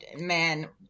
man